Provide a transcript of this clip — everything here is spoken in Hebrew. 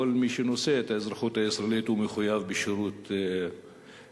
כל מי שנושא את האזרחות הישראלית מחויב בשירות צבאי.